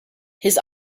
his